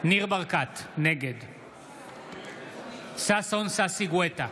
ניר ברקת, נגד ששון ששי גואטה,